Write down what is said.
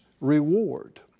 reward